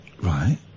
Right